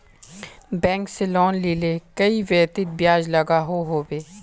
Bank से loan लिले कई व्यक्ति ब्याज लागोहो होबे?